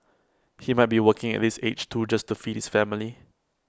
he might be working at this age too just to feed his family